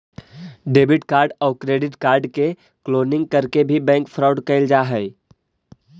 debit card आउ credit card के cloning करके भी बैंक फ्रॉड कैल जा हइ